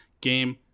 Game